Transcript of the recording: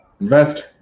Invest